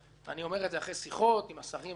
אני אומר את זה אחרי שיחות עם השרים הרלוונטיים,